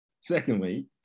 Secondly